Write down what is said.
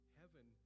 heaven